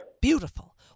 Beautiful